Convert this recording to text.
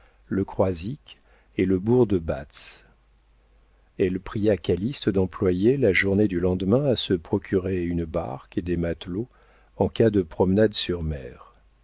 le croisic et le bourg de batz elle pria calyste d'employer la journée du lendemain à se procurer une barque et des matelots en cas de promenade sur mer